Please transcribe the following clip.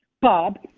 Bob